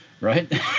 right